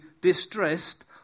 distressed